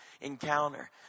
encounter